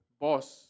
boss